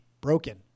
broken